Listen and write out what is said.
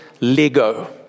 Lego